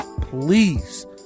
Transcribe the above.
please